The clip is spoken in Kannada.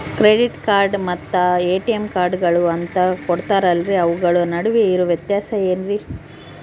ಕ್ರೆಡಿಟ್ ಕಾರ್ಡ್ ಮತ್ತ ಎ.ಟಿ.ಎಂ ಕಾರ್ಡುಗಳು ಅಂತಾ ಕೊಡುತ್ತಾರಲ್ರಿ ಅವುಗಳ ನಡುವೆ ಇರೋ ವ್ಯತ್ಯಾಸ ಏನ್ರಿ?